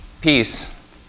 peace